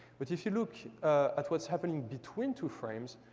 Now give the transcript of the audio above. but if you look at what's happening between two frames,